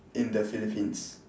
in the philippines